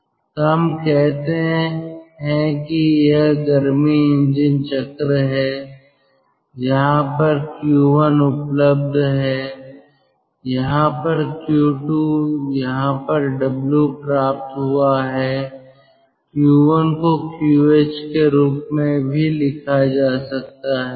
तो हम कहते हैं कि यह गर्मी इंजन चक्र है यहां पर Q1 उपलब्ध है यहाँ पर Q2 यहाँ पर W प्राप्त हुआ है Q1 को QH के रूप में भी लिखा जा सकता है